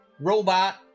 robot